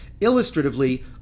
illustratively